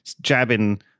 jabbing